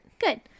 Good